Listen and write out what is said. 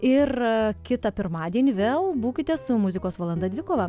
ir kitą pirmadienį vėl būkite su muzikos valanda dvikova